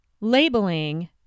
labeling